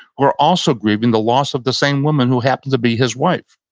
who are also grieving the loss of the same woman who happened to be his wife.